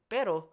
Pero